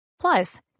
Plus